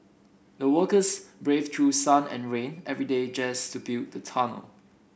the workers braved through sun and rain every day just to build the tunnel